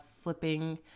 flipping